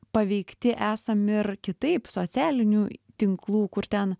paveikti esam ir kitaip socialinių tinklų kur ten